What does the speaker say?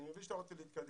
אני מבין שאתה רוצה להתקדם.